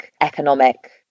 economic